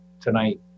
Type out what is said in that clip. tonight